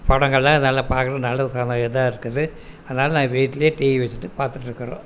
படங்களெலாம் நல்லா பார்க்குறதுக்கு நல்ல ஒரு இதாக இருக்குது அதனால் நாங்கள் வீட்டிலையே டிவி வச்சுட்டு பார்த்துட்ருக்கறோம்